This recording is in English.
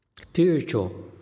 Spiritual